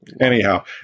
anyhow